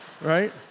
right